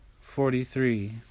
Forty-three